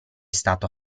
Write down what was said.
stato